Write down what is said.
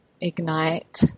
ignite